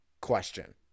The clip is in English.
Question